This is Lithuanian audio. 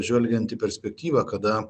žvelgiant į perspektyvą kada